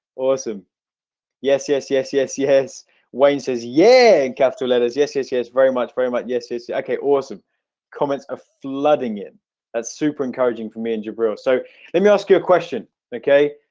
awesome yes, yes yes yes yes wayne says yeah in capital letters yes, yes. yes very much very much. yes. it's okay awesome comments of flooding in that's super encouraging for me in jabril, so let me ask you a question, okay?